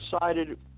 decided